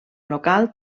local